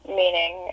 meaning